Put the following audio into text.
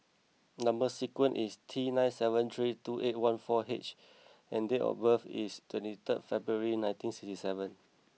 number sequence is T nine seven three two eight one four H and date of birth is twenty third February nineteen sixty seven